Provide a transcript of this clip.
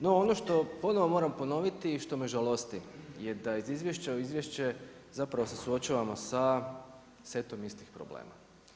No ono što ponovno moram ponoviti i što me žalosti je da iz izvješća u izvješće zapravo se suočavamo sa setom istih problema.